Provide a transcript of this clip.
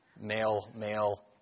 male-male